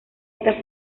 esta